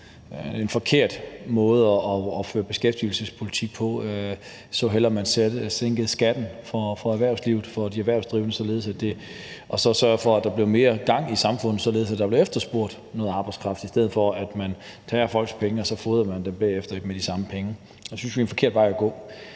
en forkert måde at føre beskæftigelsespolitik på. Jeg så hellere, at man sænkede skatten for de erhvervsdrivende og sørgede for, at der kom mere gang i samfundet, således at der blev efterspurgt noget arbejdskraft, i stedet for at man tager folks penge og bagefter fodrer dem med de samme penge. Det synes vi er en forkert vej at gå.